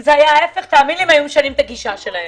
זה היה ההפך הם היו משנים את הגישה שלהם.